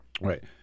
Right